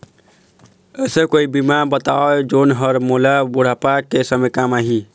ऐसे कोई बीमा बताव जोन हर मोला बुढ़ापा के समय काम आही?